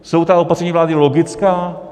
Jsou ta opatření vlády logická?